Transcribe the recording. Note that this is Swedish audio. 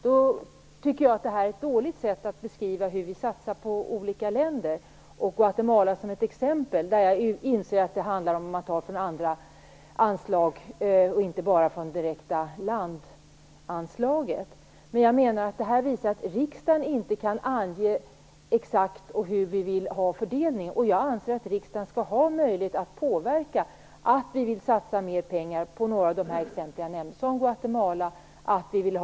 Detta är ett dåligt sätt att beskriva hur vi satsar på olika länder. Guatemala är bara ett exempel. Jag inser att man tar från andra anslag och inte bara från det berörda landanslaget. Detta visar att riksdagen inte kan ange exakt och hur fördelningen skall vara. Jag anser att riksdagen skall ha en möjlighet att påverka och uttala att man vill satsa mer pengar på länder som Guatemala och Östtimor.